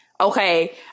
Okay